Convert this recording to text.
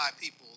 people